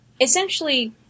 essentially